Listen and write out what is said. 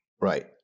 Right